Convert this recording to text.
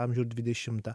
amžių ir dvidešimtą